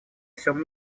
всем